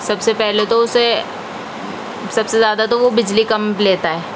سب سے پہلے تو اُسے سب سے زیادہ تو وہ بِجلی کم لیتا ہے